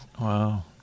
Wow